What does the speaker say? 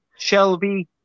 Shelby